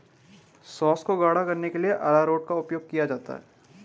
sauce को गाढ़ा करने के लिए अरारोट का उपयोग किया जाता है